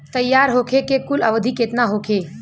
तैयार होखे के कुल अवधि केतना होखे?